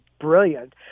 brilliant